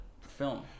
film